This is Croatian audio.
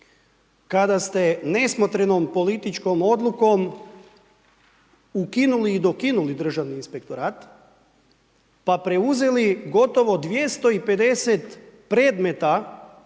kada ste nesmotrenom političkom odlukom ukinuli i dokinuli državni inspektorat, pa preuzeli gotovo 250 predmeta